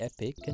epic